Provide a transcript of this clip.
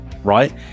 right